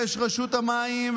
ויש רשות המים,